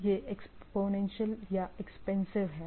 यह एक्स्पोनेंशियल या एक्सपेंसिव है